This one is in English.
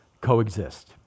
coexist